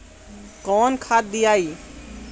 कौन खाद दियई?